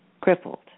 crippled